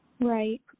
Right